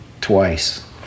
Twice